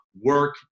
work